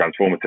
transformative